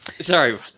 Sorry